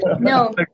No